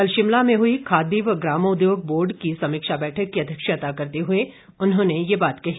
कल शिमला में हुई खादी व ग्रामोद्योग बोर्ड की समीक्षा बैठक की अध्यक्षता करते हुए उन्होंने ये बात कही